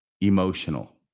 emotional